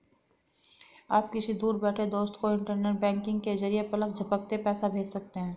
आप किसी दूर बैठे दोस्त को इन्टरनेट बैंकिंग के जरिये पलक झपकते पैसा भेज सकते हैं